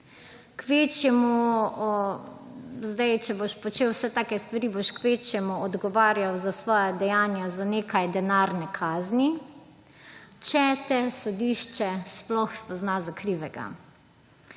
se je zgodilo? Nič. Če boš počel take stvari, boš kvečjemu odgovarjal za svoja dejanja z nekaj denarne kazni, če te sodišče sploh spozna za krivega.